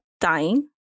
dying